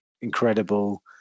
incredible